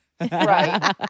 right